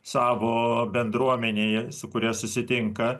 savo bendruomenėj su kuria susitinka